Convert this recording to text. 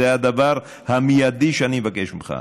זה הדבר המיידי שאני מבקש ממך.